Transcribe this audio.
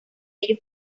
ellos